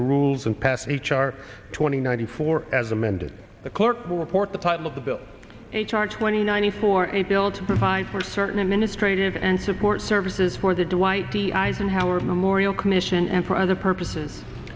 the rules and pass h r twenty ninety four as amended the clerk will report the title of the bill h r twenty ninety four a bill to provide for certain administrative and support services for the dwight d eisenhower memorial commission and for other purposes